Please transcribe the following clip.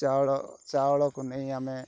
ଚାଉଳ ଚାଉଳକୁ ନେଇ ଆମେ